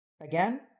Again